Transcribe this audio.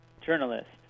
journalist